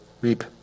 reap